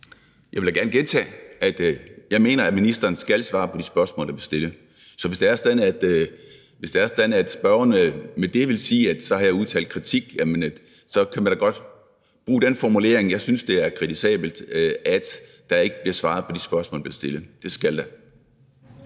Jeg vil da gerne gentage, at jeg mener, at ministeren skal svare på de spørgsmål, der bliver stillet. Så hvis det er sådan, at spørgerne med det vil sige, at jeg så har udtalt kritik, så kan man da godt bruge den formulering, at jeg synes, det er kritisabelt, at der ikke bliver svaret på de spørgsmål, der bliver stillet; det skal der.